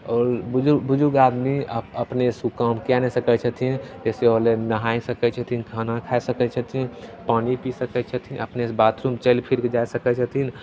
और बुझुर्ग बुजुर्ग आदमी अपनेसे ओ काम कै नहि सकै छथिन जइसे होलै नहै सकै छथिन खाना खा सकै छथिन पानी पी सकै छथिन अपनेसे बाथरूम चलि फिरिके जा सकै छथिन